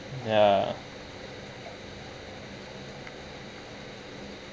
ya